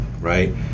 right